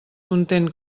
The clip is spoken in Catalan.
content